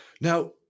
now